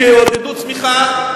שיעודדו צמיחה,